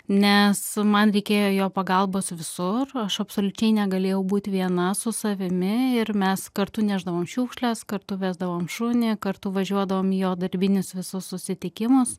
nes man reikėjo jo pagalbos visur aš absoliučiai negalėjau būti viena su savimi ir mes kartu nešdavom šiukšles kartu vesdavom šunį kartu važiuodavom į jo darbinius visus susitikimus